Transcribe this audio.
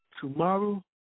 tomorrow